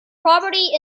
property